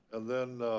and then,